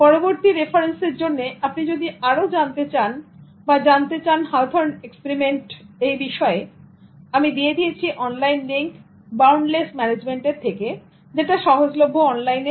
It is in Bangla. পরবর্তী রেফারেন্সের জন্য আপনি যদি আরো জানতে চান জানতে চান Hawthorne experiment এ বিষয়ে আমি দিয়ে দিয়েছি অনলাইন লিংক Boundless Management এর থেকে যেটা সহজলভ্য অনলাইনে